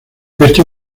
esto